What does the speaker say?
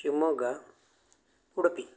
Shivamogga Udupi